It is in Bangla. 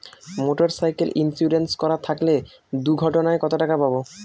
মোটরসাইকেল ইন্সুরেন্স করা থাকলে দুঃঘটনায় কতটাকা পাব?